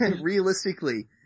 realistically